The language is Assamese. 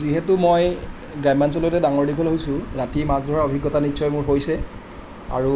যিহেতু মই গ্ৰাম্যাঞ্চলতে ডাঙৰ দীঘল হৈছোঁ ৰাতি মাছ ধৰা অভিজ্ঞতা নিশ্চয় মোৰ হৈছে আৰু